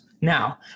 Now